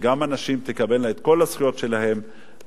שגם הנשים תקבלנה את כל הזכויות שלהן,